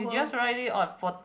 you just write it on for